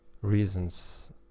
reasons